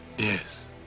Yes